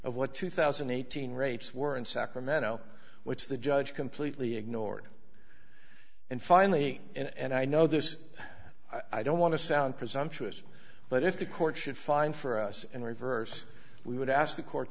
of what two thousand and eighteen rates were in sacramento which the judge completely ignored and finally and i know this i don't want to sound presumptuous but if the court should find for us and reverse we would ask the court